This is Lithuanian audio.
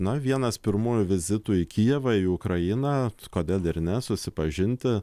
na vienas pirmųjų vizitų į kijevą į ukrainą kodėl ir ne susipažinti